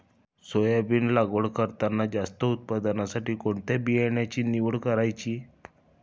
Soybean लागवड करताना जास्त उत्पादनासाठी कोणत्या बियाण्याची निवड करायची?